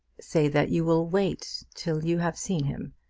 say that you will wait till you have seen him.